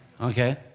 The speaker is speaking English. Okay